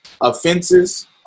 Offenses